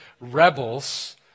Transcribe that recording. rebels